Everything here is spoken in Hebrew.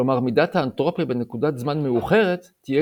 כלומר מידת האנטרופיה בנקודת זמן מאוחרת תהיה